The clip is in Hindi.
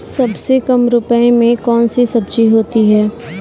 सबसे कम रुपये में कौन सी सब्जी होती है?